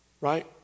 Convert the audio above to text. Right